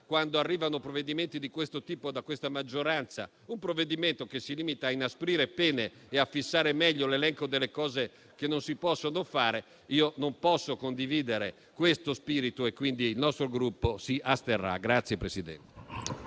quando arrivano provvedimenti di questo tipo dalla maggioranza, esso si limita a inasprire pene e a fissare meglio l'elenco delle cose che non si possono fare. Non posso condividere questo spirito e quindi il nostro Gruppo si asterrà dalla votazione.